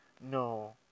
No